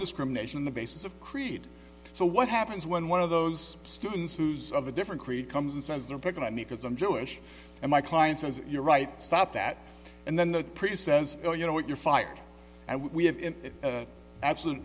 discrimination on the basis of creed so what happens when one of those students whose of a different creed comes and says they're picking on me because i'm jewish and my client says you're right stop that and then the priest says well you know what you're fired and we have in absolute